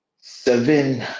seven